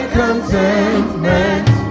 contentment